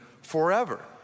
forever